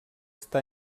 està